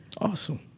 Awesome